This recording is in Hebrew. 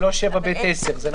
לגבי עבירת שהייה קודמת שהיתה.